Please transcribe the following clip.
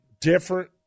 different